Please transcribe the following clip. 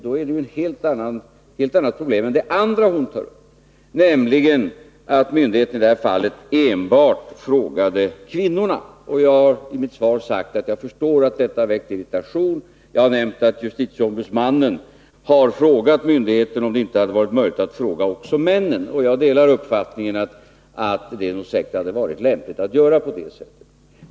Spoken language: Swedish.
Då är det ett helt annat problem än det andra hon tar upp, nämligen att myndigheten i det här fallet enbart frågade kvinnorna. Jag har i mitt svar sagt att jag förstår att detta väcker irritation. Jag har nämnt att justitieombudsmannen har frågat myndigheten om det inte hade varit möjligt att fråga också männen. Jag delar uppfattningen att det nog hade varit lämpligt att göra på det sättet.